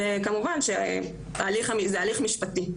כמובן שזה הליך משפטי,